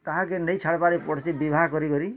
ତାହାକେ ନେଇଁ ଛାଡ଼୍ବାରେ ପଡ଼ୁଚି ବିଭା କରି କରି